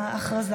אין נמנעים.